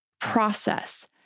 process